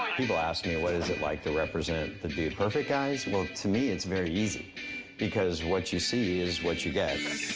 people ask me, what is it like to represent the dude perfect guys? well, to me, it's very easy because what you see is what you get.